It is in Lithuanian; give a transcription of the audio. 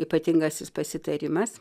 ypatingasis pasitarimas